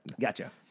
Gotcha